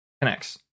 connects